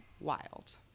wild